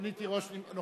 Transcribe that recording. מצביעה ובכן, מזכירת